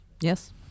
Yes